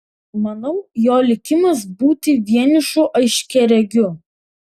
manau jo likimas būti vienišu aiškiaregiu